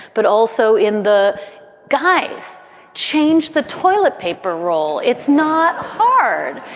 but also in the guise changed the toilet paper roll. it's not hard.